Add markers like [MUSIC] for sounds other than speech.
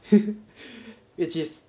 [LAUGHS] which is